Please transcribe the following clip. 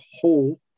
whole